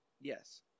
Yes